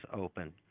open